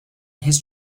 his